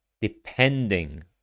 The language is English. depending